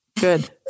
good